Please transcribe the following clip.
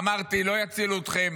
אמרתי: לא יצילו אתכם